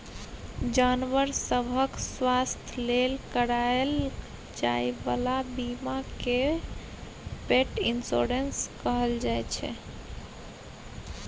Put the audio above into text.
जानबर सभक स्वास्थ्य लेल कराएल जाइ बला बीमा केँ पेट इन्स्योरेन्स कहल जाइ छै